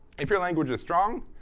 if your language is strong,